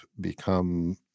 become